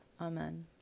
Amen